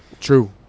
True